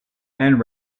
and